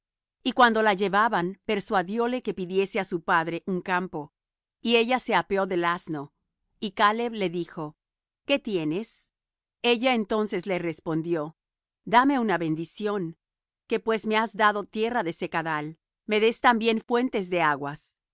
y cuando la llevaban persuadióle que pidiese á su padre un campo y ella se apeó del asno y caleb le dijo qué tienes ella entonces le respondió dame una bendición que pues me has dado tierra de secadal me des también fuentes de aguas